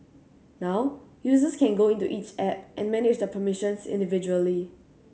now users can go into each app and manage the permissions individually